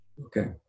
Okay